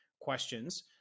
questions